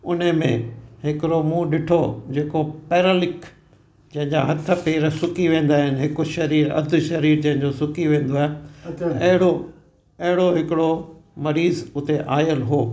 उने में हिकिड़ो मूं ॾिठो जेको पेरालिक जंहिंजा हथ पेर सुकी वेंदा आहिनि हिकु शरीर अधु शरीर जंहिंजो सुकी वेंदो आहे अहिड़ो अहिड़ो हिकिड़ो मरीजु हुते आयलु हुओ